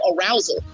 arousal